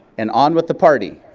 and on with the party.